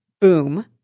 boom